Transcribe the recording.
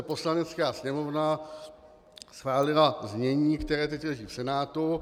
Poslanecká sněmovna schválila znění, které teď leží v Senátu.